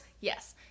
yes